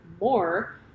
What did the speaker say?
more